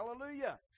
hallelujah